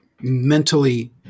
mentally